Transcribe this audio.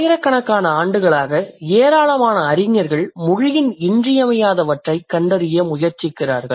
ஆயிரக்கணக்கான ஆண்டுகளாக ஏராளமான அறிஞர்கள் மொழியின் இன்றியமையாதவற்றைக் கண்டறிய முயற்சிக்கிறார்கள்